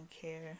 care